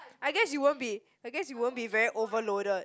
I guess you won't be I guess you won't be very overloaded